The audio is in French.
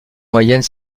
moyenne